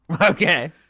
Okay